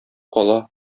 кала